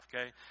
okay